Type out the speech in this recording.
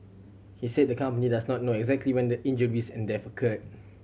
he said the company does not know exactly when the injuries and death occurred